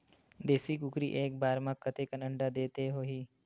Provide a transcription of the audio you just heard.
देशी कुकरी एक बार म कतेकन अंडा देत होही?